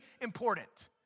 important